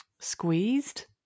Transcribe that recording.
Squeezed